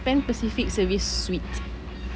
Pan Pacific service suite